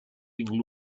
been